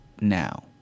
now